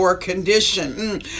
condition